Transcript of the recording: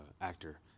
actor